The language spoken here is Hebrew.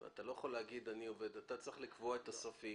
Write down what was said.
אתה צריך לקבוע את הסף,